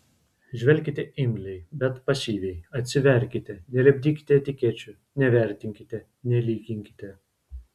žvelkite imliai bet pasyviai atsiverkite nelipdykite etikečių nevertinkite nelyginkite